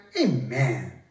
Amen